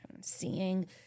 seeing